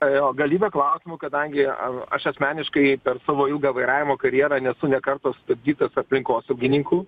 e o galybė klausimų kadangi a aš asmeniškai per savo ilgą vairavimo karjerą nesu nė karto stabdytas aplinkosaugininkų